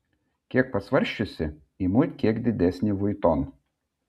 kiek pasvarsčiusi imu kiek didesnį vuitton